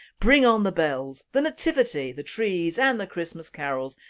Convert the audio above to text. bring on the bells, the nativity, the trees and the christmas carols,